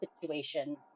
situation